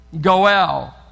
Goel